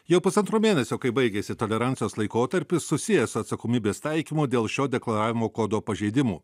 jau pusantro mėnesio kai baigiasi tolerancijos laikotarpis susijęs su atsakomybės taikymu dėl šio deklaravimo kodo pažeidimų